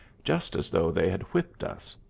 just as though they had whipped us.